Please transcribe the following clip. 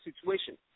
situation